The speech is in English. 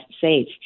safe